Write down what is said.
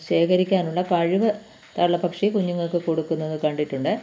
ശേഖരിക്കാനുള്ള കഴിവ് തള്ളപ്പക്ഷി കുഞ്ഞുങ്ങൾക്ക് കൊടുക്കുന്നത് കണ്ടിട്ടുണ്ട്